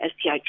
sti